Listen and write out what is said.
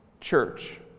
church